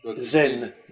Zen